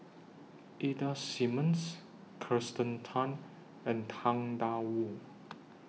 Ida Simmons Kirsten Tan and Tang DA Wu